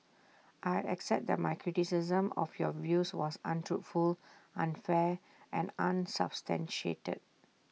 I accept that my criticism of your views was untruthful unfair and unsubstantiated